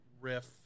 riff